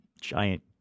giant